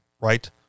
right